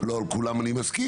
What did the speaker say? לא על כולם אני מסכים,